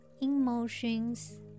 emotions